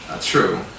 true